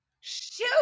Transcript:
Shoot